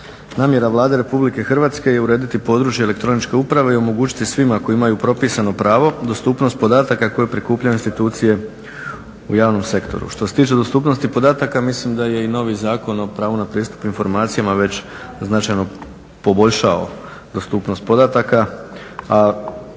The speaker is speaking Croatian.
Namjera Vlade Republike Hrvatske je urediti područje elektroničke uprave i omogućiti svima koji imaju propisano pravo dostupnost podataka koje prikupljaju institucije u javnom sektoru. Što se tiče dostupnosti podataka mislim da je i novi Zakon o pravu na pristup informacijama već značajno poboljšao dostupnost podataka,